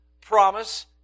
promise